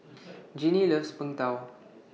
Ginny loves Png Tao